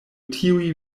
tiuj